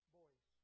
boys